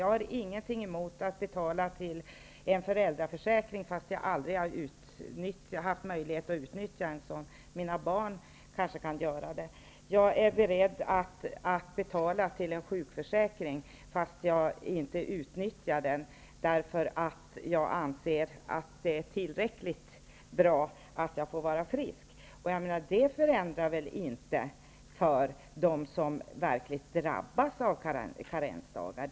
Jag har ingenting emot att betala till en föräldraförsäkring fastän jag aldrig haft möjlighet att utnyttja en sådan. Mina barn kanske kan göra det. Jag är beredd att betala till en sjukförsäkring fastän jag inte utnyttjar den, eftersom jag anser att det är tillräckligt bra att jag får vara frisk. Det förändrar inte läget för dem som verkligen drabbas av karensdagar.